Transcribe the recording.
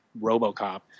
RoboCop